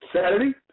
Saturday